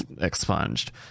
expunged